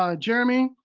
ah jeremy,